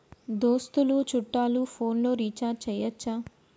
దోస్తులు చుట్టాలు ఫోన్లలో రీఛార్జి చేయచ్చా?